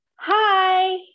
Hi